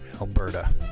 Alberta